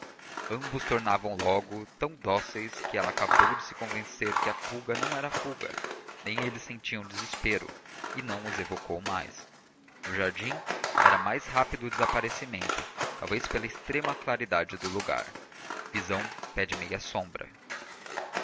ambos tornavam logo tão dóceis que ela acabou de se convencer que a fuga não era fuga nem eles sentiam desprezo e não os evocou mais no jardim era mais rápido o desaparecimento talvez pela extrema claridade do lugar visão pede meia sombra